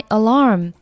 alarm